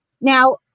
Now